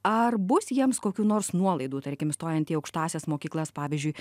ar bus jiems kokių nors nuolaidų tarkim stojant į aukštąsias mokyklas pavyzdžiui